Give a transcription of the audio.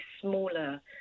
smaller